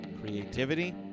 creativity